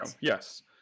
Yes